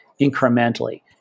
incrementally